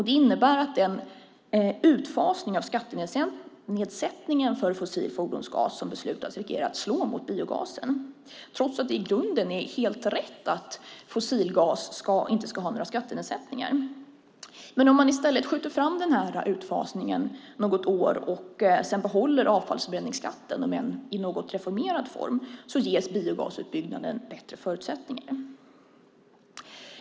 Det innebär att den utfasning av skattenedsättningen för fossil fordonsgas som beslutats riskerar att slå mot biogasen trots att det i grunden är helt rätt att fossilgas inte ska ha någon skattenedsättning. Men om man i stället skjuter den här utfasningen framåt något år och behåller avfallsförbränningsskatten, om än i något reformerad form, ges biogasutbyggnaden bättre förutsättningar.